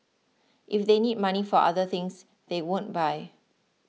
if they need money for other things they won't buy